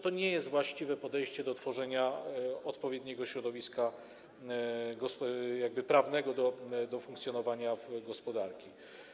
To nie jest właściwe podejście do tworzenia odpowiedniego środowiska prawnego dla funkcjonowania gospodarki.